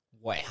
Wow